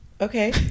Okay